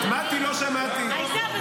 בסדר.